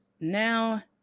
Now